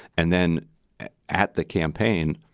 and then at the campaign,